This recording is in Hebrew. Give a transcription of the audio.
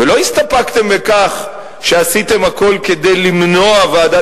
ולא הסתפקתם בכך שעשיתם הכול כדי למנוע ועדת